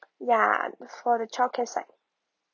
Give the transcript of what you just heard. ya for the childcare side